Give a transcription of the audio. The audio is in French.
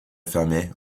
fermée